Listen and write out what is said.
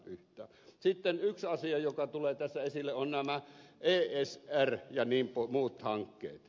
sitten yksi asia joka tulee tässä esille on nämä esr ja muut hankkeet